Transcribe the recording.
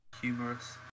Humorous